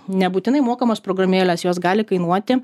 nebūtinai mokamos programėlės jos gali kainuoti